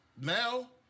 Now